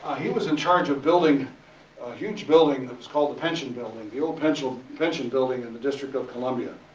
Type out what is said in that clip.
ah he was in charge of building a huge building, that was called the pension building the old pension old pension building in the district of columbia.